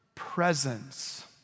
presence